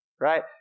Right